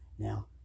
Now